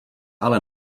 ale